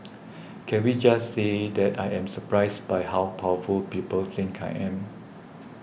can we just say that I am surprised by how powerful people think I am